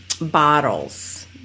bottles